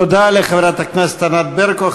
תודה לחברת הכנסת ענת ברקו.